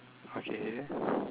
okay